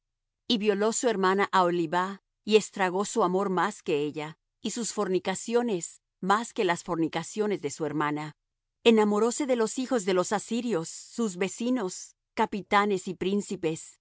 y viólo su hermana aholibah y estragó su amor más que ella y sus fornicaciones más que las fornicaciones de su hermana enamoróse de los hijos de los asirios sus vecinos capitanes y príncipes